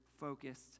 focused